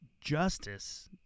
justice